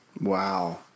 Wow